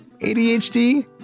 ADHD